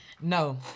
No